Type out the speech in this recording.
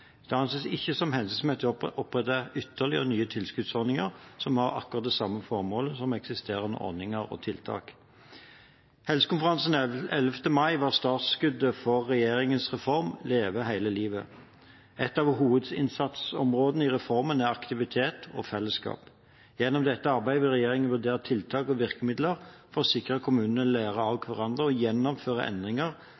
Det anses ikke som hensiktsmessig å opprette ytterligere nye tilskuddsordninger som har akkurat de samme formålene som eksisterende ordninger og tiltak. Helsekonferansen den 11. mai i år var startskuddet for regjeringens reform Leve hele livet. Et av hovedinnsatsområdene i reformen er aktivitet og fellesskap. Gjennom dette arbeidet vil regjeringen vurdere tiltak og virkemidler for å sikre at kommunene lærer av